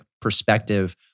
perspective